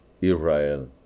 Israel